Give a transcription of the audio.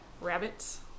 rabbits